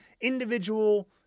individual